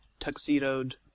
tuxedoed